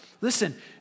Listen